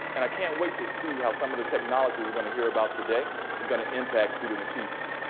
and i can't wait to see how some of the technology we're gonna hear about today is gonna impact student achievement.